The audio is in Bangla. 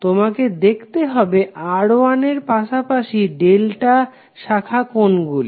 তোমাকে দেখতে হবে R1 এর পাশাপাশি ডেল্টা শাখা কোনগুলি